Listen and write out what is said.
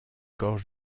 corps